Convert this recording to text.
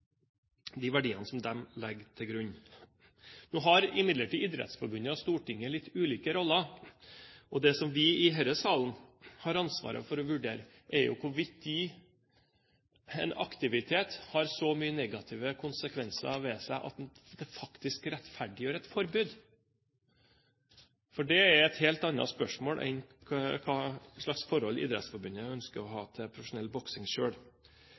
de verdiene som de legger til grunn. Idrettsforbundet og Stortinget har imidlertid litt ulike roller, og det som vi i denne salen har ansvaret for å vurdere, er jo hvorvidt en aktivitet har så mange negative konsekvenser ved seg at det faktisk rettferdiggjør et forbud. Det er et helt annet spørsmål enn hva slags forhold Idrettsforbundet selv ønsker å ha til profesjonell boksing.